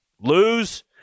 Lose